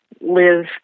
live